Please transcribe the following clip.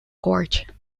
gorge